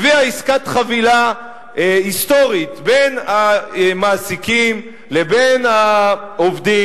הביאה עסקת חבילה היסטורית בין המעסיקים לבין העובדים.